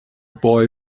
boy